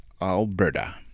Alberta